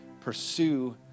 pursue